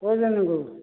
କହିଲେଣି କେଉଁଠି